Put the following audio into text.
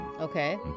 Okay